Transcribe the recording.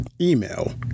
Email